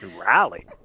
rally